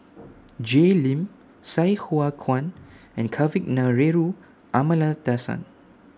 Jay Lim Sai Hua Kuan and Kavignareru Amallathasan